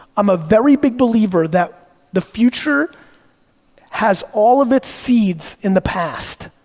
i'm a very big believer that the future has all of its seeds in the past.